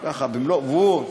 והוא,